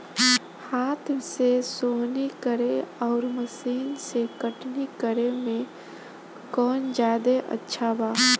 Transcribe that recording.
हाथ से सोहनी करे आउर मशीन से कटनी करे मे कौन जादे अच्छा बा?